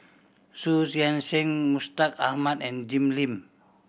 Xu Yuan Mustaq Ahmad and Jim Lim